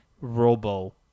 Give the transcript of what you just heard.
Robo